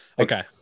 okay